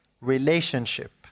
relationship